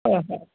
হয় হয়